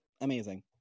Amazing